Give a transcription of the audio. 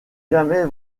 jamais